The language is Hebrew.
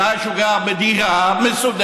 בתנאי שהוא גר בדירה מסודרת,